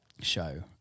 show